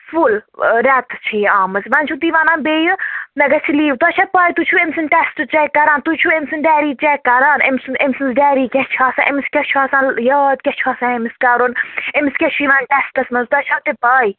full رٮ۪تہٕ چھِ یہِ آمٕژ وۄنۍ چھُو تُہۍ وَنان بیٚیہِ مےٚ گژھِ لیٖو تۄہہِ چھا پَے تُہۍ چھُو أمۍ سٕنٛدۍ ٹیسٹ چیٚک کران تُہۍ چھُو أمۍ سٕنٛدۍ ڈٮ۪ری چیٚک کران أمۍ سُنٛد أمۍ سٕنٛز ڈٮ۪ری کیٛاہ چھِ آسان أمِس کیٛاہ چھِ آسان یاد کیٛاہ چھُ آسان أمِس کَرُن أمِس کیٛاہ چھِ یِوان ٹٮ۪سٹَس منٛز تۄہہِ چھو تہِ پَے